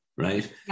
Right